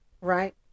right